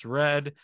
red